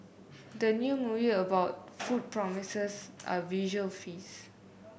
the new movie about food promises a visual feast